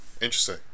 Interesting